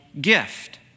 gift